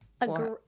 agree